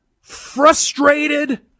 frustrated